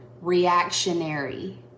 reactionary